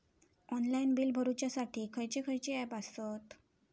Online bill भरुच्यासाठी खयचे खयचे ऍप आसत?